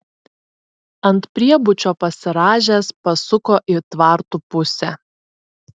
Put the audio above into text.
ant priebučio pasirąžęs pasuko į tvartų pusę